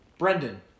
Brendan